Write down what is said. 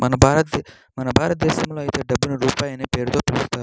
మన భారతదేశంలో అయితే డబ్బుని రూపాయి అనే పేరుతో పిలుస్తారు